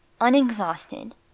Unexhausted